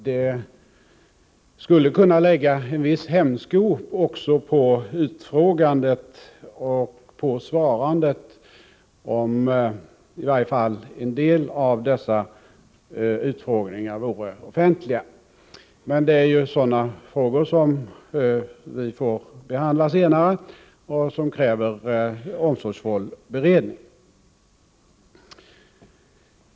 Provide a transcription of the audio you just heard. Det skulle även kunna lägga en viss hämsko också på utfrågandet och svarandet om i varje fall några av dessa utfrågningar vore offentliga. Men detta är frågor som vi får behandla senare, och som kräver omsorgsfull beredning.